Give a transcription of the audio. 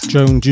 Joan